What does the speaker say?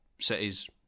cities